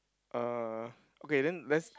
uh okay then let's